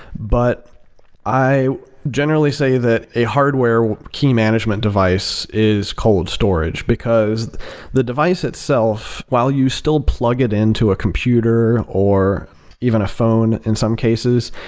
but i generally say that a hardware key management device is cold storage, because the device itself, while you still plug it in to a computer or even a phone in some cases,